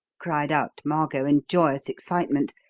cried out margot in joyous excitement,